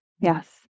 Yes